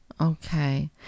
Okay